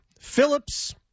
Phillips